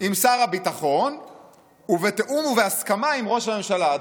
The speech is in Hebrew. עם שר הביטחון ובתיאום ובהסכמה עם ראש הממשלה.